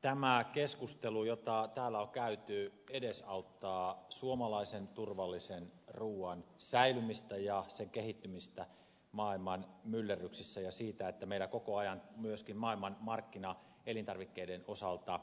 tämä keskustelu jota täällä on käyty edesauttaa suomalaisen turvallisen ruuan säilymistä ja sen kehittymistä maailman myllerryksissä ja sitä että meillä koko ajan myöskin maailman markkina elintarvikkeiden osalta vahvistuu